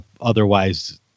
Otherwise